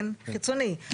חיצוני.